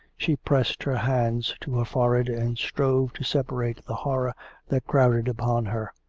she pressed her hands to her forehead, and strove to separate the horror that crowded upon her.